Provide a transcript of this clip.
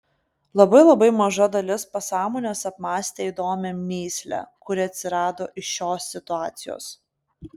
labai labai maža dalis pasąmonės apmąstė įdomią mįslę kuri atsirado iš šios situacijos